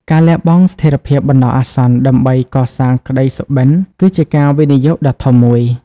ការលះបង់ស្ថិរភាពបណ្តោះអាសន្ន ដើម្បីកសាងក្តីសុបិន គឺជាការវិនិយោគដ៏ធំមួយ។